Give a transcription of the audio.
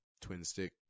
twin-stick